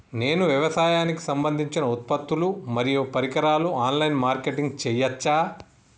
నేను వ్యవసాయానికి సంబంధించిన ఉత్పత్తులు మరియు పరికరాలు ఆన్ లైన్ మార్కెటింగ్ చేయచ్చా?